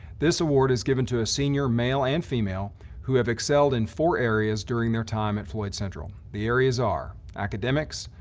this award is given to a senior male and female who have excelled in four areas during their time at floyd central. the areas are academics,